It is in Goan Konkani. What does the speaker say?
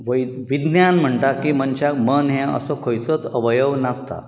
वि विज्ञान म्हणटा की मनशाक मन हें असो खंयचोच अवयव नासता